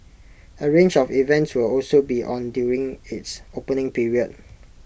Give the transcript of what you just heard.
A range of events will also be on during its opening period